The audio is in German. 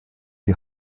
die